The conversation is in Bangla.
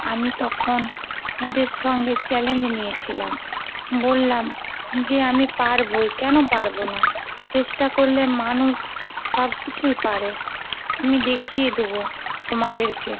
আমি তখন ওদের সঙ্গে চ্যালেঞ্জ নিয়েছিলাম বললাম যে আমি পারবোই কেন পারবো না চেষ্টা করলে মানুষ সব কিছুই পারে আমি দেখিয়ে দোবো তোমাদেরকে